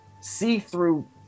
see-through